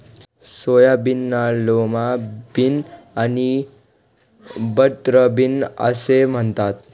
सोयाबीनला lima bean आणि butter bean असेही म्हणतात